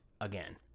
again